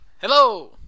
Hello